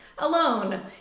alone